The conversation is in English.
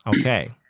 Okay